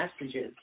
messages